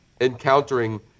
encountering